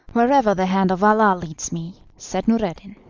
wherever the hand of allah leads me, said noureddin.